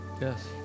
Yes